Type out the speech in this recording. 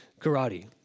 karate